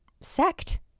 sect